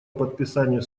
подписанию